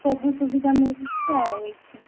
ସବୁ ସୁବିଧା ମିଳୁଛି ଆଉ ଏଇଠି